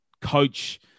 coach